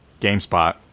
GameSpot